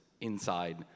inside